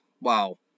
Wow